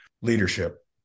leadership